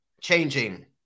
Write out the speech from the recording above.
changing